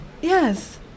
Yes